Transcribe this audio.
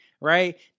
right